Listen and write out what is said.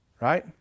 right